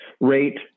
rate